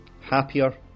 happier